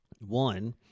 One